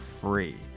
free